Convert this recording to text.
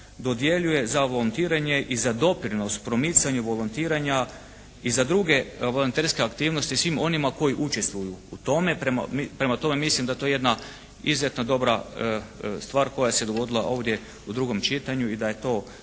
dodjeljuje za volontiranje i za doprinos u promicanju volontiranja i za druge volonterske aktivnosti svim onima koji učestvuju u tome. Prema tome, mislim da je to jedna izuzetno dobra stvar koja se dogodila ovdje u drugom čitanju i da je to